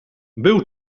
był